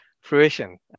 fruition